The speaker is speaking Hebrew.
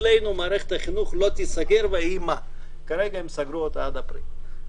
כרגע במדינה זו סגרו את מערכת החינוך עד חודש אפריל.